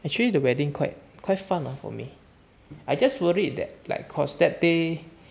actually the wedding quite quite fun lah for me I just worried that like cause that day